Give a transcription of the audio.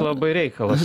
labai reikalas